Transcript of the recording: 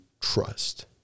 trust